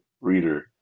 Reader